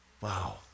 wow